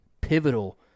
pivotal